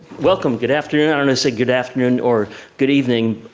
welcome. good afternoon. i'm gonna say good afternoon or good evening,